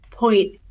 point